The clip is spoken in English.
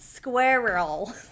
Squirrel